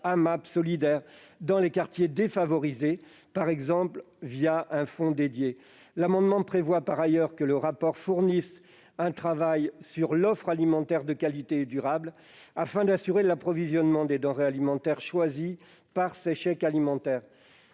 d'AMAP solidaires dans les quartiers défavorisés, par exemple grâce à un fonds dédié. Nous demandons par ailleurs que le rapport fournisse un travail sur l'offre alimentaire de qualité durable, afin d'assurer l'approvisionnement des denrées alimentaires choisies par les utilisateurs